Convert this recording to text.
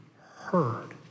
heard